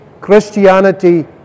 Christianity